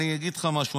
אני אגיד לך משהו,